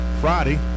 Friday